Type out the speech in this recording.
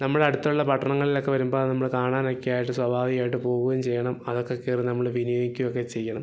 നമ്മൾ അടുത്തുള്ള പട്ടണങ്ങളിലൊക്കെ വരുമ്പോള് നമ്മള് കാണാനൊക്കെയായിട്ട് സ്വാഭാവികമായിട്ട് പോവുകയും ചെയ്യണം അതൊക്കെ കയറി നമ്മള് വിനിയോഗിക്കുകയൊക്കെ ചെയ്യണം